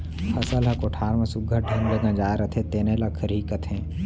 फसल ह कोठार म सुग्घर ढंग ले गंजाय रथे तेने ल खरही कथें